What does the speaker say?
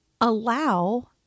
allow